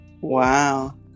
wow